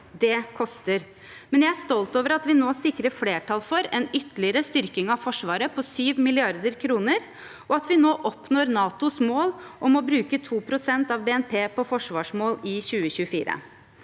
Det koster, men jeg er stolt over at vi nå sikrer flertall for en ytterligere styrking av Forsvaret på 7 mrd. kr, og at vi nå oppnår NATOs mål om å bruke 2 pst. av BNP på forsvarsmål i 2024.